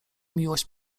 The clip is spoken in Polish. miłość